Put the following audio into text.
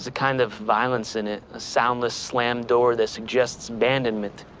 ah kind of violence in it, a soundless slammed door that suggests abandonment.